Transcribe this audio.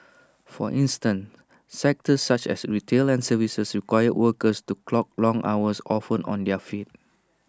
for instance sectors such as retail and services require workers to clock long hours often on their feet